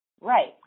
Right